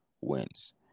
wins